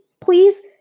please